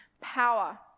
power